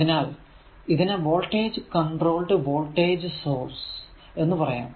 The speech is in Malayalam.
അതിനാൽ ഇതിനെ വോൾടേജ് കോൺട്രോൾഡ് വോൾടേജ് സോഴ്സ് എന്ന് പറയാം